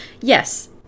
yes